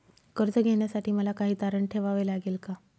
कर्ज घेण्यासाठी मला काही तारण ठेवावे लागेल का?